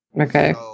Okay